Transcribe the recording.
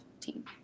team